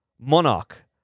monarch